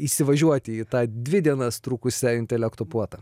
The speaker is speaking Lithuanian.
įsivažiuoti į tą dvi dienas trukusią intelekto puotą